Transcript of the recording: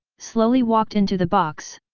slowly walked into the box.